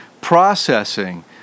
processing